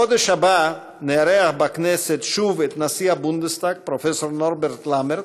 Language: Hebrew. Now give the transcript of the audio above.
בחודש הבא נארח בכנסת שוב את נשיא הבודנסטאג פרופסור נורברט למרט,